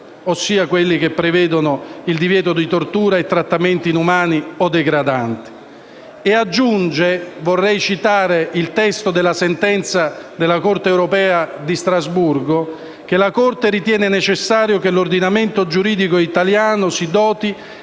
all'articolo 3, in tema di divieto di tortura e trattamenti inumani o degradanti. A tal proposito, vorrei citare il testo della sentenza della Corte europea di Strasburgo: «La Corte ritiene necessario che l'ordinamento giuridico italiano si doti